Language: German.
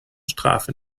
strafe